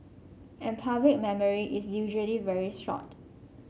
and public memory is usually very short